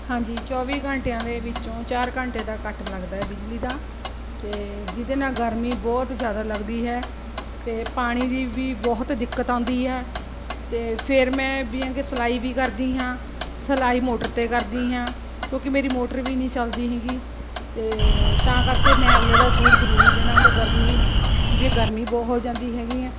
ਹਾਂਜੀ ਚੌਵੀ ਘੰਟਿਆਂ ਦੇ ਵਿੱਚੋਂ ਚਾਰ ਘੰਟੇ ਦਾ ਕੱਟ ਲੱਗਦਾ ਬਿਜਲੀ ਦਾ ਅਤੇ ਜਿਹਦੇ ਨਾਲ ਗਰਮੀ ਬਹੁਤ ਜ਼ਿਆਦਾ ਲੱਗਦੀ ਹੈ ਅਤੇ ਪਾਣੀ ਦੀ ਵੀ ਬਹੁਤ ਦਿੱਕਤ ਆਉਂਦੀ ਹੈ ਅਤੇ ਫਿਰ ਮੈਂ ਵੀ ਸਿਲਾਈ ਵੀ ਕਰਦੀ ਹਾਂ ਸਿਲਾਈ ਮੋਟਰ 'ਤੇ ਕਰਦੀ ਹਾਂ ਕਿਉਂਕਿ ਮੇਰੀ ਮੋਟਰ ਵੀ ਨਹੀਂ ਚੱਲਦੀ ਹੈਗੀ ਅਤੇ ਤਾਂ ਕਰਕੇ ਮੈਂ ਅਗਲੇ ਦਾ ਸੂਟ ਜ਼ਰੂਰੀ ਦੇਣਾ ਹੁੰਦਾ ਗਰਮੀ ਵੀ ਗਰਮੀ ਬਹੁਤ ਹੋ ਜਾਂਦੀ ਹੈਗੀ ਹੈ